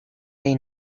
dei